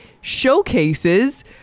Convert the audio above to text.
showcases